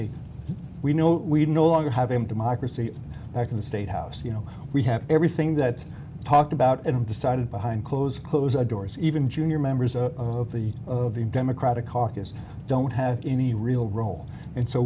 a we know we no longer have him democracy i can state house you know we have everything that talked about and decided behind closed close our doors even junior members of the of the democratic caucus don't have any real role and so